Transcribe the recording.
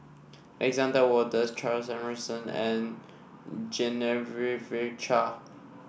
Alexander Wolters Charles Emmerson and Genevieve Chua